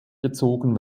gezogen